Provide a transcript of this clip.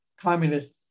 communist